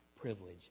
privilege